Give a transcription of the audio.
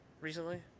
recently